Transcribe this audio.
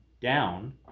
down